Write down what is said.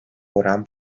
oran